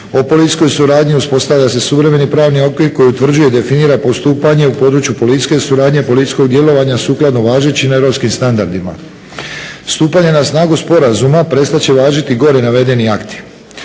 o policijskoj suradnji uspostavlja se suvremeni pravni okvir koji utvrđuje i definira postupanje u području policijske suradnje, policijskog djelovanja sukladno važećim europskim standardima. Stupanje na snagu sporazuma prestat će važiti gore navedeni akti.